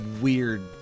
weird